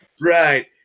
right